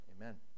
Amen